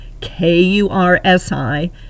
K-U-R-S-I